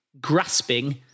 grasping